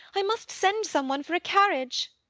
i must send someone for a carriage.